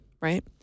right